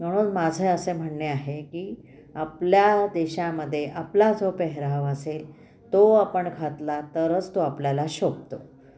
म्हणून माझं असे म्हणणे आहे की आपल्या देशामध्ये आपला जो पेहराव असेल तो आपण घातला तरच तो आपल्याला शोभतो